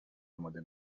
اماده